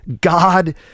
God